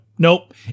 Nope